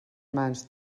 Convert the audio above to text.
mans